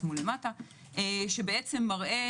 שמראה